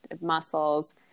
muscles